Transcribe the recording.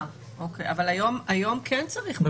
אבל היום כן צריך מסכות בחללים סגורים?